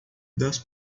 das